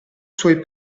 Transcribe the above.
suoi